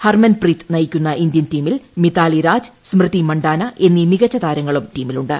ഹർമൻ പ്രീത് നയിക്കുന്ന ഇന്ത്യൻ ടീമിൽ മിതാ്ലിരാജ് സ്മൃതി മണ്ടാന എന്നീ മികച്ച താരങ്ങളും ഇയ് ട്ടീമിലുണ്ട്